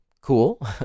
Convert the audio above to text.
cool